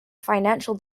financial